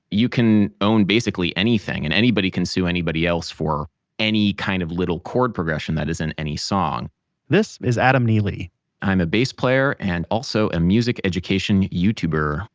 you can own basically anything, and anybody can sue anybody else for any kind of little chord progression that is in any song this is adam neely i'm a bass player and also a music education youtuber